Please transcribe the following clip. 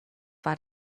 war